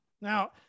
Now